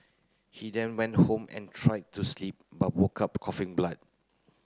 he then went home and tried to sleep but woke up coughing blood